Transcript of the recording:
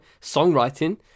songwriting